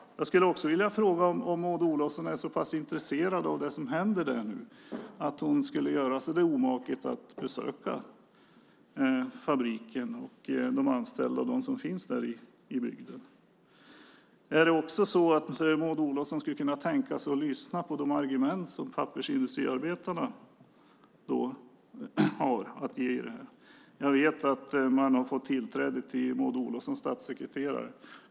Jag skulle också vilja fråga om Maud Olofsson är så pass intresserad av det som nu händer i Norrsundet att hon skulle kunna göra sig omaket att besöka fabriken, de anställda och dem som finns i bygden. Är det också så att Maud Olofsson skulle kunna tänka sig att lyssna på de argument som pappersindustriarbetarna här har? Jag vet att man har fått tillträde till Maud Olofssons statssekreterare.